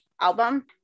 album